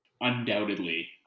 undoubtedly